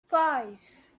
five